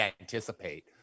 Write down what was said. anticipate